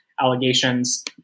allegations